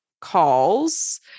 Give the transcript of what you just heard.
calls